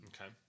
Okay